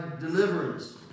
deliverance